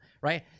right